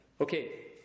Okay